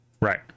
Right